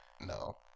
No